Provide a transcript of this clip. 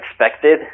expected